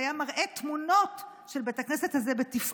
והיה מראה תמונות של בית הכנסת הזה בתפארתו.